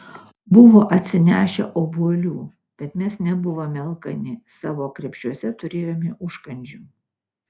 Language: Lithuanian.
buvo atsinešę obuolių bet mes nebuvome alkani savo krepšiuose turėjome užkandžių